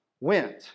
went